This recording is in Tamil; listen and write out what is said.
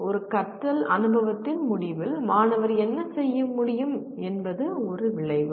ஒரு கற்றல் அனுபவத்தின் முடிவில் மாணவர் என்ன செய்ய முடியும் என்பது ஒரு விளைவு